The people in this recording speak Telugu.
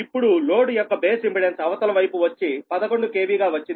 ఇప్పుడు లోడు యొక్క బేస్ ఇంపెడెన్స్ అవతల వైపు వచ్చి 11 KV గా వచ్చింది